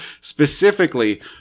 specifically